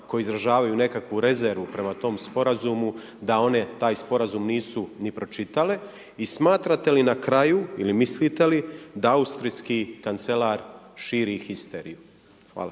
koje izražavaju nekakvu rezervu prema tom Sporazumu, da one taj Sporazum nisu ni pročitale? I smatrate li na kraju ili mislite li da austrijski kancelar širi histeriju? Hvala.